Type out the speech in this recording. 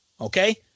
Okay